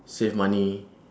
save money